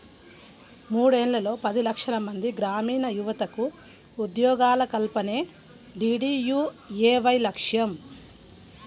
మూడేళ్లలో పది లక్షలమంది గ్రామీణయువతకు ఉద్యోగాల కల్పనే డీడీయూఏవై లక్ష్యం